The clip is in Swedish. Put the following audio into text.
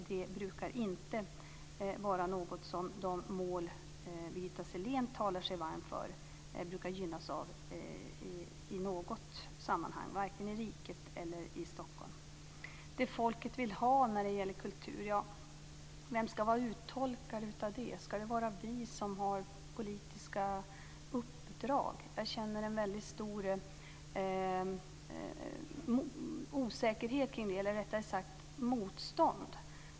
Det brukar inte, vare sig i riket eller Stockholm i något sammanhang, gynna de mål som Birgitta Sellén brukar tala sig varm för. Vem ska vara uttolkare av vad folket vill ha när det gäller kultur? Ska det vara vi om har politiska uppdrag? Jag känner en väldigt stor osäkerhet kring det, eller rättare sagt motstånd.